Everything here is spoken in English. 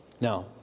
Now